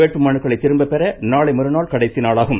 வேட்புமனுக்களை திரும்ப பெற நாளை மறுநாள் கடைசி நாளாகும்